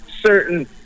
certain